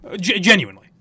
genuinely